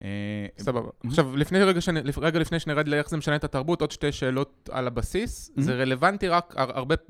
סבבה עכשיו לפני שאני רגע לפני שנרד ליחס לממשלה את התרבות עוד שתי שאלות על הבסיס זה רלוונטי רק הרבה.